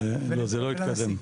וזה לא התקדם.